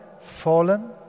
Fallen